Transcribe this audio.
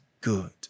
good